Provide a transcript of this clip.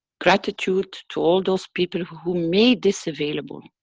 gratitude to all those people who made this available,